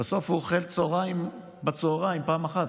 בסוף אוכל צוהריים בצוהריים פעם אחת,